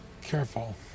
careful